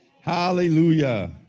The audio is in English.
Hallelujah